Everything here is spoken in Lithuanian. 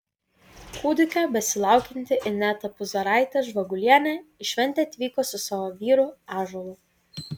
kūdikio besilaukianti ineta puzaraitė žvagulienė į šventę atvyko su savo vyru ąžuolu